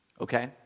Okay